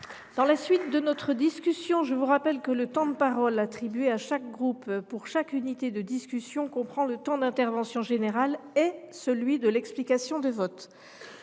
ces crédits. Mes chers collègues, je vous rappelle que le temps de parole attribué à chaque groupe pour chaque unité de discussion comprend le temps d’intervention générale et celui de l’explication de vote.